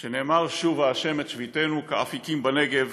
שנאמר: 'שובה ה' את שביתנו כאפיקים בנגב'".